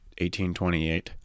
1828